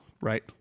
right